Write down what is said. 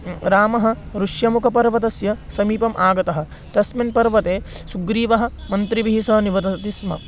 रामः ऋष्यमुकपर्वतस्य समीपम् आगतः तस्मिन् पर्वते सुग्रीवः मन्त्रिभिः सह निवति स्म